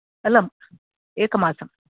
अलम् एकमासम्